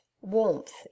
warmth